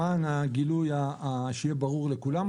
למען הגילוי ושיהיה ברור לכולם,